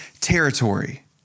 territory